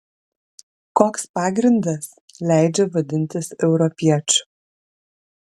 koks pagrindas leidžia vadintis europiečiu